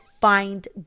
find